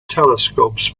telescopes